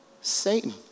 Satan